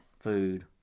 food